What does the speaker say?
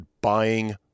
buying